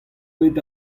bet